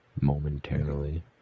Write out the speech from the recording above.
Momentarily